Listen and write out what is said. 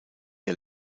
der